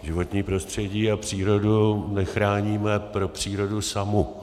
Životní prostředí a přírodu nechráníme pro přírodu samu.